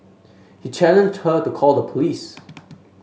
he challenged her to call the police